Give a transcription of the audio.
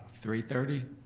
three thirty?